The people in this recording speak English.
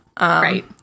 Right